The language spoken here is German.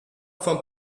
von